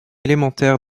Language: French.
élémentaires